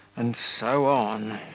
and so on.